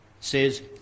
says